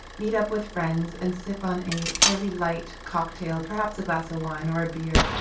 meet up with friends, and sip on a fairly light cocktail, perhaps a glass of wine or a beer,